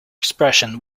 expression